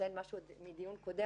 אציין מדיון קודם.